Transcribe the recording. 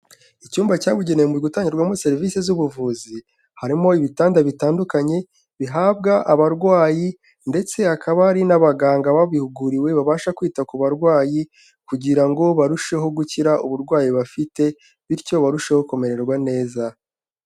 Icyumba cyabugenewe mu gutangirwamo serivisi z'ubuvuzi, harimo ibitanda bitandukanye bihabwa abarwayi ndetse hakaba hari n'abaganga babihuguriwe babasha kwita ku barwayi kugira ngo barusheho gukira uburwayi bafite, bityo barusheho kumererwa neza.